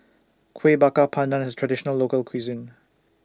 Kueh Bakar Pandan IS A Traditional Local Cuisine